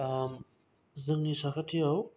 जोंनि साखाथिआव